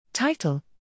Title